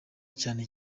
cyane